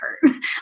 hurt